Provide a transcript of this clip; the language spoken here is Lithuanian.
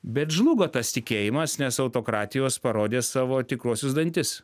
bet žlugo tas tikėjimas nes autokratijos parodė savo tikruosius dantis